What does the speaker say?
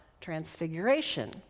transfiguration